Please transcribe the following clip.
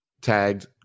tagged